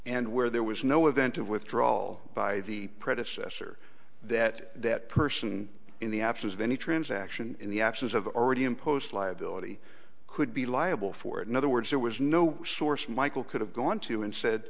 and where there was no event of withdrawal by the predecessor that that person in the absence of any transaction in the absence of already imposed liability could be liable for it in other words there was no source michael could have gone to and said